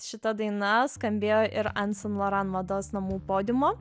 šita daina skambėjo ir an san loran mados namų podiumo